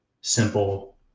simple